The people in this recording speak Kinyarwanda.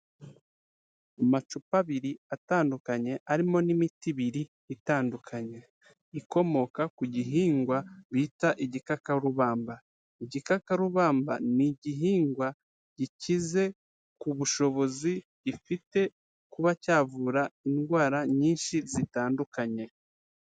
Amacupa abiri atandukanye arimo n'imiti ibiri itandukanye ikomoka ku gihingwa bita igikakarubamba. Igikakarubamba ni igihingwa gikize ku bushobozi gifite kuba cyavura indwara nyinshi zitandukanye.